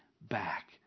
back